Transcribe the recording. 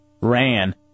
Ran